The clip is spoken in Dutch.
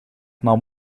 nam